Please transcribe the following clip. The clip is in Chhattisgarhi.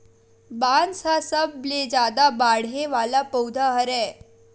बांस ह सबले जादा बाड़हे वाला पउधा हरय